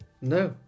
No